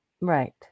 Right